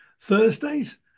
Thursdays